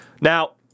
Now